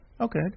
Okay